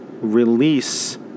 release